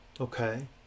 okay